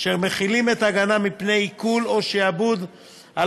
אשר מחילים את ההגנה מפני עיקול או שיעבוד על